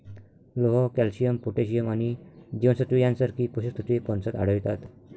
लोह, calcium, potassium आणि जीवनसत्त्वे यांसारखी पोषक तत्वे फणसात आढळतात